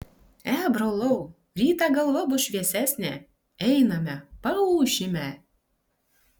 e brolau rytą galva bus šviesesnė einame paūšime